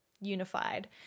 unified